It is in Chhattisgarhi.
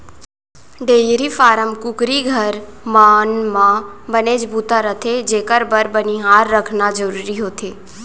डेयरी फारम, कुकरी घर, मन म बनेच बूता रथे जेकर बर बनिहार रखना जरूरी होथे